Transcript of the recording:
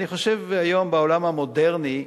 אני חושב שהיום, בעולם המודרני,